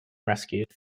rescued